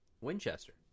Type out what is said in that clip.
Winchester